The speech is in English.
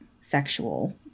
sexual